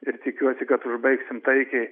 ir tikiuosi kad užbaigsim taikiai